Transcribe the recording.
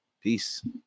Peace